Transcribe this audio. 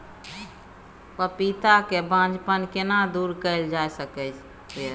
पपीता के बांझपन केना दूर कैल जा सकै ये?